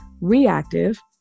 reactive